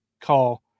call